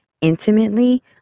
intimately